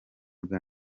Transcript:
bwa